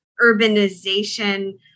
urbanization